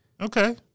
Okay